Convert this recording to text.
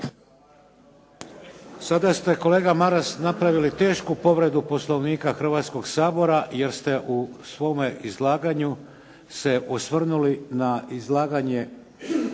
Sada ste kolega Maras napravili tešku povredu Poslovnika Hrvatskog sabora, jer ste u svome izlaganju se osvrnuli na izlaganje